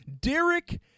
Derek